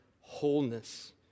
wholeness